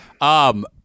Um-